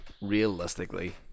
realistically